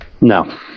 No